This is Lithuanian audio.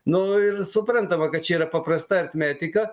nu ir suprantama kad čia yra paprasta aritmetika